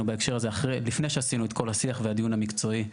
בהקשר הזה לפני שעשינו את כל השיח והדיון המקצועי.